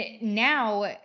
now